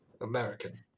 American